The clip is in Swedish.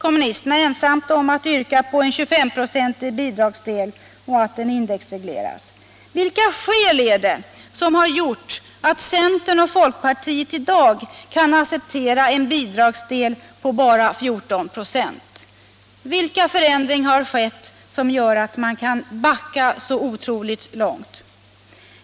Nu är vpk ensamt om att yrka på en 25 procentig bidragsdel och en indexreglering. Vilka skäl är det som har gjort att centern och folkpartiet i dag kan acceptera en bidragsdel på bara 14 926? Vilka förändringar har skett som gör att de kan backa så otroligt långt?